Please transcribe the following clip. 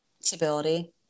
Stability